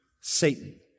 Satan